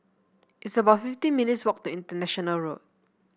it's about fifteen minutes' walk to International Road